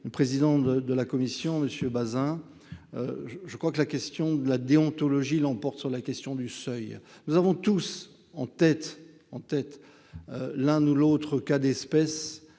le président de la Commission, monsieur Bazin je crois que la question de la déontologie l'emporte sur la question du seuil, nous avons tous en tête en tête l'un ou l'autre cas d'espèce